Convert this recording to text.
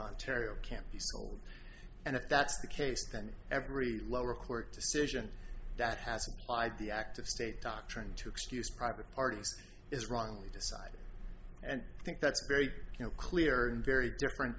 ontario can't be sold and if that's the case then every lower court decision that has applied the active state doctrine to excuse private parties is wrongly decided and i think that's very clear and very different